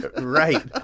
right